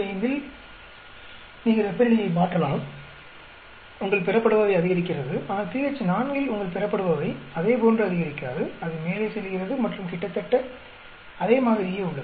5 இல் நீங்கள் வெப்பநிலையை மாற்றலாம் உங்கள் பெறப்படுபவை அதிகரிக்கிறது ஆனால் pH 4 இல் உங்கள் பெறப்படுபவை அதே போன்று அதிகரிக்காது அது மேலே செல்கிறது மற்றும் கிட்டத்தட்ட அதேமாதிரியே உள்ளது